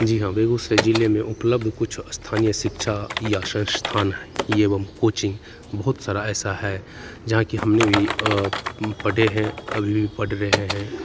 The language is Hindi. जी हाँ बेगूसराय जिले में उपलब्ध कुछ स्थानीय शिक्षा या संस्थान हैं एवं कोचिंग बहुत सारा ऐसा है जहाँ कि हमने भी पढ़े हैं अभी भी पढ़ रहे हैं